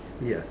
ya